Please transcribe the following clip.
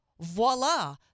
Voila